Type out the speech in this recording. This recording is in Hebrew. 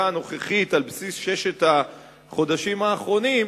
הנוכחית על בסיס ששת החודשים האחרונים,